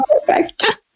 perfect